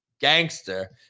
gangster